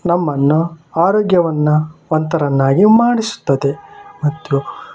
ನಮ್ಮನ್ನು ಆರೋಗ್ಯವನ್ನು ವಂತರನ್ನಾಗಿ ಮಾಡಿಸುತ್ತದೆ ಮತ್ತು